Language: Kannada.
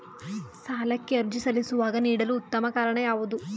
ಸಾಲಕ್ಕೆ ಅರ್ಜಿ ಸಲ್ಲಿಸುವಾಗ ನೀಡಲು ಉತ್ತಮ ಕಾರಣ ಯಾವುದು?